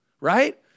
right